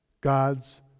God's